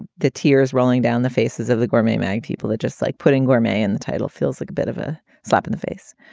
the tears rolling down the faces of the gourmet mag. people are just like putting gourmet in the title. feels like a bit of a slap in the face